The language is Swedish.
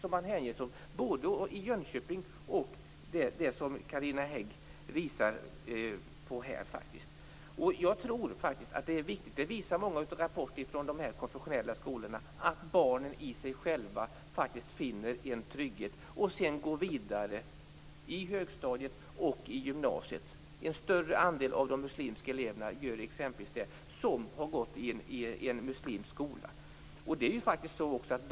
Det gäller både i Jönköping och beträffande det som Carina Hägg här säger. Många av rapporterna från de konfessionella skolorna visar att t.ex. barnen i sig själva finner en trygghet och går sedan vidare till högstadiet och till gymnasiet. En större andel av elever från muslimska skolor går också vidare.